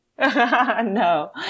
No